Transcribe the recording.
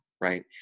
right